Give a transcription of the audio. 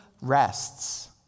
rests